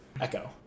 Echo